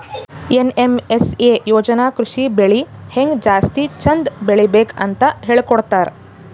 NMSA ಯೋಜನಾ ಕೃಷಿ ಬೆಳಿ ಹೆಂಗ್ ಜಾಸ್ತಿ ಚಂದ್ ಬೆಳಿಬೇಕ್ ಅಂತ್ ಹೇಳ್ಕೊಡ್ತದ್